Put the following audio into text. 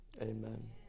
amen